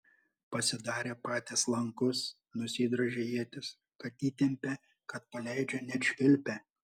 pasidarė patys lankus nusidrožė ietis kad įtempia kad paleidžia net švilpia